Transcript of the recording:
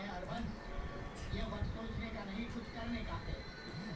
गेहूँ के अंतिम फसल के बाद कवन महीना आवेला?